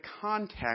context